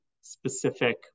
specific